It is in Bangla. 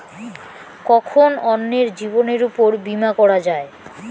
কখন অন্যের জীবনের উপর বীমা করা যায়?